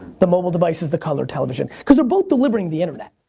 the mobile device is the colored television. because they're both delivering the internet.